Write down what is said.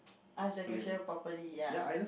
ask the question properly ya